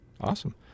Awesome